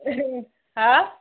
हा